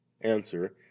answer